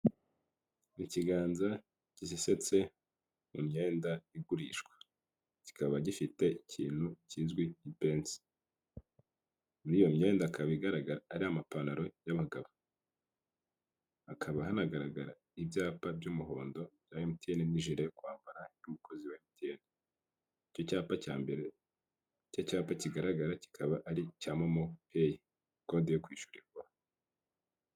mu kiganza gisesetse mu myenda igurishwa kikaba gifite ikintu kizwi nka pence muri iyo myenda ikaba ari amapantalo y'abagabo hakaba hanagaragara ibyapa by'umuhondo n te nigea kwambara umukozi wate icyo cyapa cya mbere cy'i cyapa kigaragara kikaba ari icya momo hey code yo kwishyurirwa